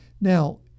Now